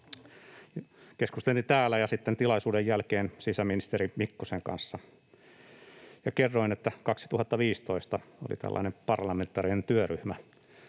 keskustelin täällä ja sitten tilaisuuden jälkeen sisäministeri Mikkosen kanssa ja kerroin, että 2015 oli tällainen parlamentaarinen työryhmä,